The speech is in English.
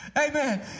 Amen